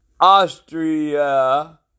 Austria